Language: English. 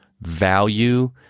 value